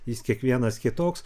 jis kiekvienas kitoks